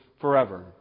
forever